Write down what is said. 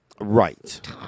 Right